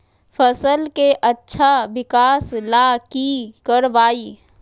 फसल के अच्छा विकास ला की करवाई?